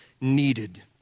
needed